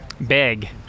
Bag